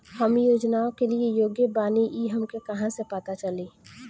हम योजनाओ के लिए योग्य बानी ई हमके कहाँसे पता चली?